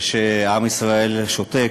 ושעם ישראל שותק,